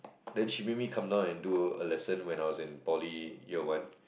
then she made me come down and do a lesson when I was in poly year one